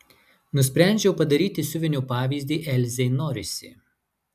nusprendžiau padaryti siuvinio pavyzdį elzei norisi